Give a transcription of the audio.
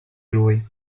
lui